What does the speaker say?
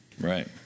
Right